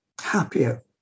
happier